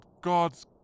God's